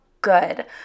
good